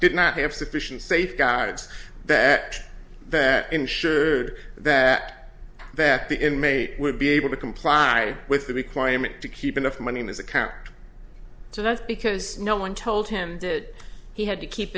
did not have sufficient safeguards that that ensured that that the inmate would be able to comply with the requirement to keep enough money in his account so that's because no one told him that he had to keep